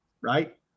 right